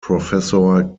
professor